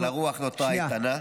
אבל הרוח נותרה איתנה.